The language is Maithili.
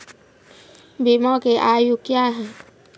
बीमा के आयु क्या हैं?